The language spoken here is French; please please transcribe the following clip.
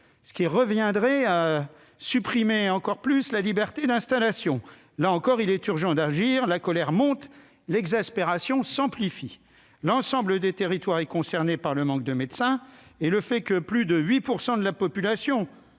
ce qui reviendrait à supprimer encore davantage la liberté d'installation. Là encore, il est urgent d'agir : la colère monte, l'exaspération s'amplifie ! L'ensemble des territoires est concerné par le manque de médecins. Le fait que plus de 8 % de la population,